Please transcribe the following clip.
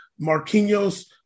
Marquinhos